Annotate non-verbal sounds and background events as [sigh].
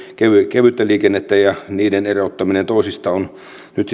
kevyttä liikennettä niiden erottaminen toisistaan on nyt [unintelligible]